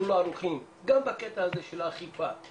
אנחנו לא ערוכים גם בקטע הזה של האכיפה,